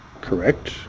Correct